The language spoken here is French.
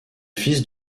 fils